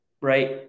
right